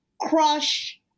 crush